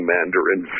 Mandarin